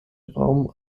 raum